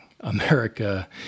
America